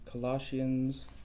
Colossians